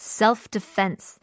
self-defense